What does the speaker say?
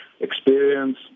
experience